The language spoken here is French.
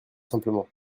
simplement